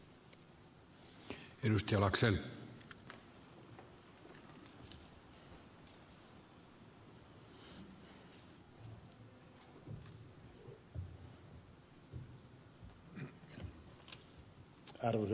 arvoisa puhemies